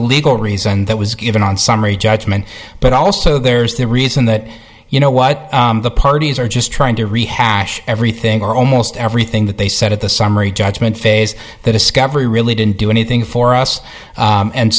legal reason that was given on summary judgment but also there's the reason that you know what the parties are just trying to rehash everything or most everything that they said at the summary judgment phase the discovery really didn't do anything for us